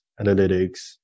analytics